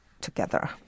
together